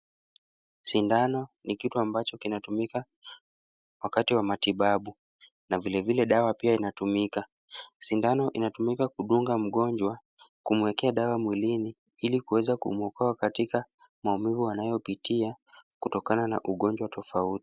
Sindano ni kitu ambacho kinatumika wakati wa matibabu na vile vile dawa pia inatumika. Sindano inatumika kudunga mgonjwa, kumuekea dawa mwilini ili kuweza kumuokoa katika maumivu anayopitia kutokana na ugonjwa tofauti.